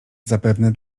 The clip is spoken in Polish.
zapewne